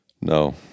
No